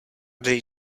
dej